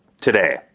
today